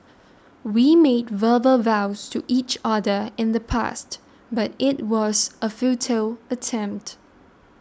we made verbal vows to each other in the past but it was a futile attempt